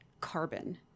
carbon